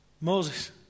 Moses